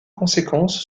conséquence